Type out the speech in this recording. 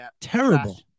Terrible